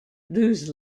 lose